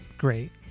great